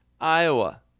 Iowa